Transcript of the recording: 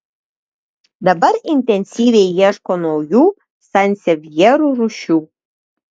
dabar intensyviai ieško naujų sansevjerų rūšių